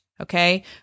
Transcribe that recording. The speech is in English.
Okay